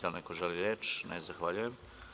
Da li neko želi reč? (Ne) Zahvaljujem.